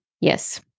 Yes